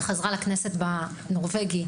שחזרה לכנסת בנורווגי.